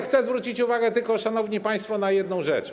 Chcę zwrócić uwagę, szanowni państwo, na jedną rzecz.